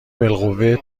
بالقوه